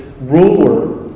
ruler